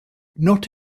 not